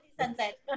sunset